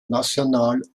nacional